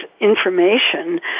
information